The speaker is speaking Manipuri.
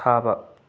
ꯊꯥꯕ